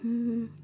ହୁଁ